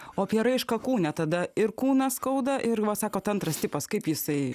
o apie raišką kūne tada ir kūną skauda ir sakot antras tipas kaip jisai